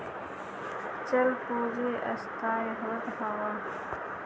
चल पूंजी अस्थाई होत हअ